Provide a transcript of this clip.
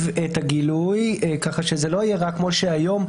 את הגילוי ככה שזה לא יהיה רק כמו שהיום.